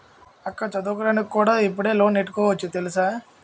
అక్కా చదువుకోడానికి కూడా ఇప్పుడు లోనెట్టుకోవచ్చు తెలుసా?